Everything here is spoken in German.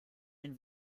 den